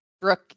Brooke